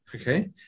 okay